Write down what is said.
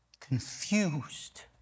confused